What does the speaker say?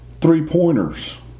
three-pointers